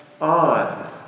on